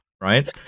right